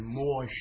more